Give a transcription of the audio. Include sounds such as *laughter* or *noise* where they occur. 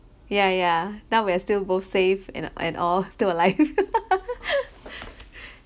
yeah yeah now we are still both safe you know and all still alive *laughs*